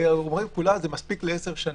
כולם אומרים שזה מספיק לעשר שנים,